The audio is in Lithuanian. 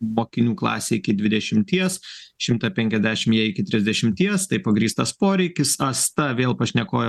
mokinių klasė iki dvidešimties šimtą penkiasdešim jei iki trisdešimties tai pagrįstas poreikis asta vėl pašnekovė